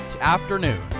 afternoon